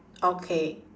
okay